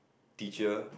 teacher